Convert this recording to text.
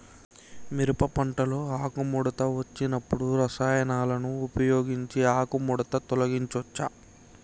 మిరప పంటలో ఆకుముడత వచ్చినప్పుడు రసాయనాలను ఉపయోగించి ఆకుముడత తొలగించచ్చా?